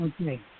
okay